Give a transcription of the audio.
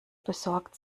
besorgt